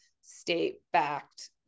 state-backed